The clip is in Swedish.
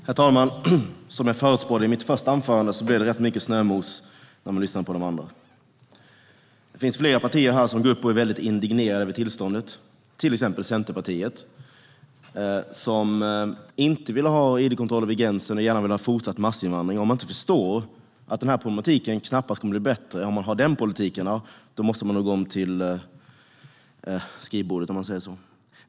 Herr talman! Som jag förutspådde i mitt första anförande blev det rätt mycket snömos från de andra. Det finns flera partier här som går upp i talarstolen och är väldigt indignerade över tillståndet, till exempel Centerpartiet som inte vill ha id-kontroller vid gränser och gärna vill ha en fortsatt massinvandring. Om man inte förstår att den här problematiken knappast kommer att bli bättre om man har den politiken måste man nog gå tillbaka till skrivbordet, om vi säger så.